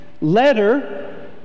letter